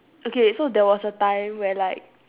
okay so there was a time when like